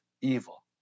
evil